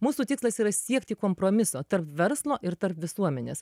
mūsų tikslas yra siekti kompromiso tarp verslo ir tarp visuomenės